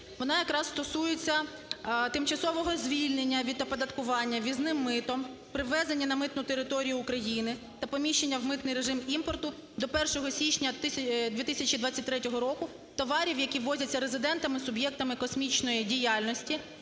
Вона якраз стосується тимчасового звільнення від оподаткування ввізним митом при ввезенні на митну територію України та поміщення в митний режим імпорту до 1 січня 2023 року товарів, які ввозяться резидентами, суб'єктами космічної діяльності,